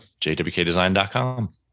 jwkdesign.com